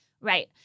Right